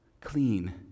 clean